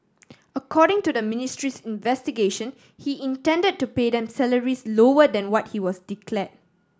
according to the ministry's investigation he intended to pay them salaries lower than what he was declare